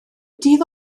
dydd